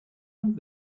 und